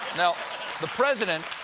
now the president